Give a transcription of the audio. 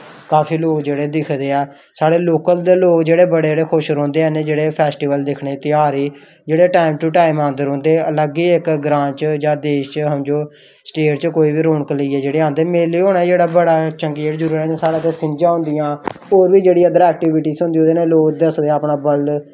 काफी लोग जेह्ड़े दिखदे ऐ साढ़े लोकल दे लोग जेह्ड़े बड़े जेह्ड़े खुश रौहदे हैन जेह्ड़े फेस्टीवल दिक्खने ई ध्यार गी जेह्ड़े टाईम टू टाईम आंदे रौंह्दे अलग गै इक ग्रांऽ च जां देश च समझो स्टेट च कोई बी रौनक लेइयै जेह्ड़े आंदे मेले लेई होना जेह्ड़ा बड़ा चंगी इत्थें छिंजां होंदियां होर बी जेह्ड़ी अदर ऐक्टीविटीज होंदियां ओह्दे कन्नै लोग दस्सदे अपना बल